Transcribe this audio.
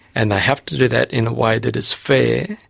and they have to do that in a way that is fair.